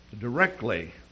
directly